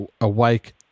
awake